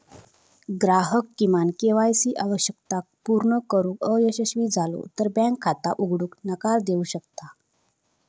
ग्राहक किमान KYC आवश्यकता पूर्ण करुक अयशस्वी झालो तर बँक खाता उघडूक नकार देऊ शकता